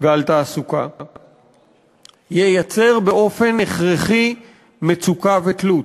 ועל תעסוקה ייצר באופן הכרחי מצוקה ותלות.